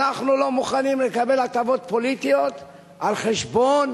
אנחנו לא מוכנים לקבל הטבות פוליטיות על חשבון